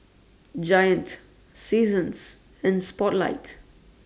Giant Seasons and Spotlight